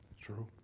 True